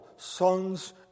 Sons